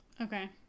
okay